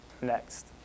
next